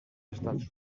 estats